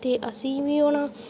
ते असेंगी बी होना